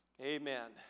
Amen